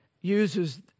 uses